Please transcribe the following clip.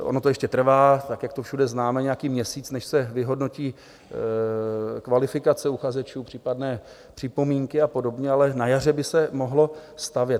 Ono to ještě trvá, tak jak to všude známe, nějaký měsíc, než se vyhodnotí kvalifikace uchazečů, případné připomínky a podobně, ale na jaře by se mohlo stavět.